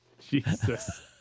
Jesus